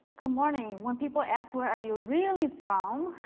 good morning. when people ask, where are you really from